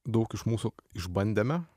daug iš mūsų išbandėme